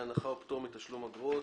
והנחה או פטור מתשלום אגרות.